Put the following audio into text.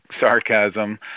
sarcasm